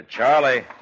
Charlie